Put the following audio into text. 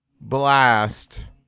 blast